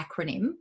acronym